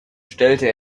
stellte